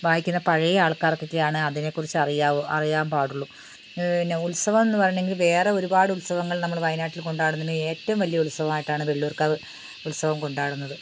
വായിക്കുന്ന പഴയ ആൾക്കാർക്കൊക്കെയാണ് അതിനെക്കുറിച്ച് അറിയാവു അറിയാൻ പാടുള്ളൂ പിന്നെ ഉത്സവമെന്ന് പറഞ്ഞിട്ടുണ്ടെങ്കിൽ വേറെ ഒരുപാട് ഉത്സവം നമ്മുടെ വയനാട്ടിൽ കൊണ്ടാടുന്നുണ്ട് ഏറ്റവും വലിയ ഉത്സവമായിട്ടാണ് വെള്ളിയൂർക്കാവ് ഉത്സവം കൊണ്ടാടുന്നത്